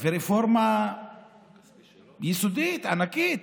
ורפורמה יסודית, ענקית.